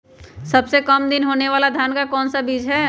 सबसे काम दिन होने वाला धान का कौन सा बीज हैँ?